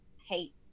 hate